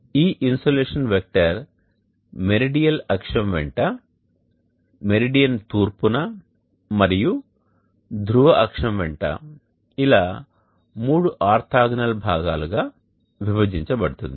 ఈ insolation vector meridional అక్షం వెంట మెరిడియన్ తూర్పున మరియు ధ్రువ అక్షం వెంట ఇలా మూడు ఆర్తోగోనల్ భాగాలుగా విభజించ బడుతుంది